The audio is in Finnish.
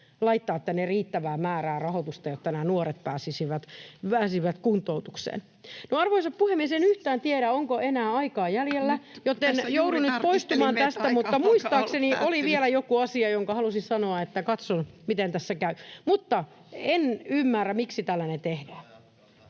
laittaa tänne riittävää määrää rahoitusta, jotta nämä nuoret pääsisivät kuntoutukseen. Arvoisa puhemies! En yhtään tiedä, onko enää aikaa jäljellä... ...joten joudun nyt poistumaan tästä, mutta muistaakseni oli vielä joku asia, jonka halusin sanoa, eli katson, miten tässä käy. Mutta en ymmärrä, miksi tällainen tehdään.